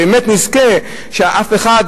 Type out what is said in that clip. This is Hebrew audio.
שבאמת נזכה שאף אחד,